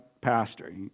pastor